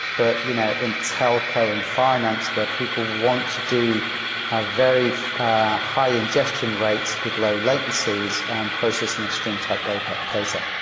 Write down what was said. but you know in telco, in finance where people want to do a have very high-ingestion rates with low-latencies and processing of string type type ah data.